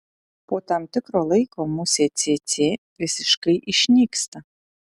po tam tikro laiko musė cėcė visiškai išnyksta